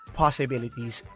possibilities